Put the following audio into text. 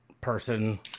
person